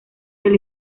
del